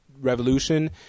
revolution